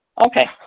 Okay